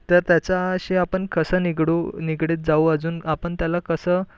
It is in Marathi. तर त्याच्याशी आपण कसं निगडू निगडित जाऊ अजून आपण त्याला कसं